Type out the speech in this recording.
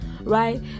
right